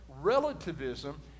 relativism